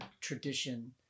tradition